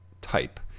type